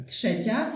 Trzecia